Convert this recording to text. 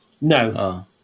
No